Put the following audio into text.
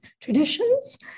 traditions